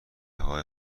های